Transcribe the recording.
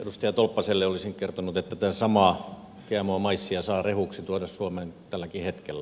edustaja tolppaselle olisin kertonut että tätä samaa gmo maissia saa rehuksi tuoda suomeen tälläkin hetkellä